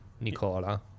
Nicola